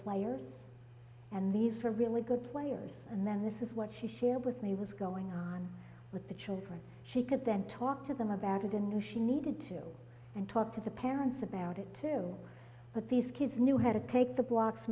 players and these were really good players and then this is what she shared with me was going on with the children she could then talk to them about it and knew she needed to and talk to the parents about it till but these kids knew had to take the blocks